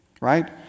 right